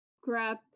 grab